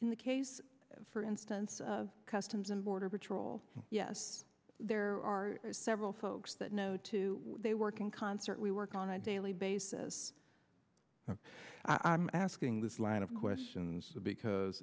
in the case for instance of customs and border patrol yes there are several folks that no two they work in concert we work on a daily basis i'm asking this line of questions because